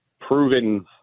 proven